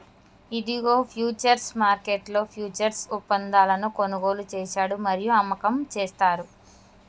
ఇదిగో ఫ్యూచర్స్ మార్కెట్లో ఫ్యూచర్స్ ఒప్పందాలను కొనుగోలు చేశాడు మరియు అమ్మకం చేస్తారు